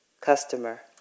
Customer